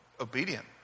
obedient